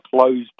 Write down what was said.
closed